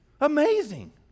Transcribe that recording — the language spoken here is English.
amazing